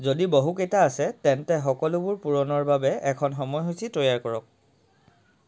যদি বহুকেইটা আছে তেন্তে সকলোবোৰ পূৰণৰ বাবে এখন সময়সূচী তৈয়াৰ কৰক